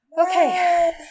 Okay